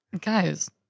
Guys